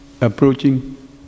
approaching